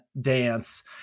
dance